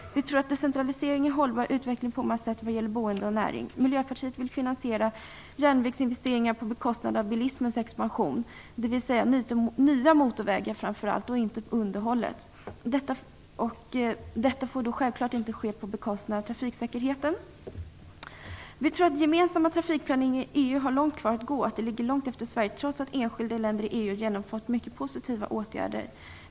Vi tror att decentralisering på många sätt ger en hållbar utveckling när det gäller boende och näring. Miljöpartiet vill göra järnvägsinvesteringar på bekostnad av bilismens expansion, dvs. på bekostnad av framför allt nya motorvägar och inte underhållet. Detta får då självklart inte ske på bekostnad av trafiksäkerheten. Vi tror att den gemensamma trafikplaneringen i EU har en lång väg kvar att gå. Den är långt efter Sverige, trots att enskilda länder i EU har genomfört mycket positiva åtgärder.